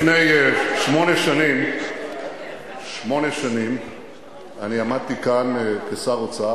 לפני שמונה שנים אני עמדתי כאן כשר אוצר